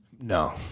No